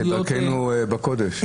כדרכנו בקודש.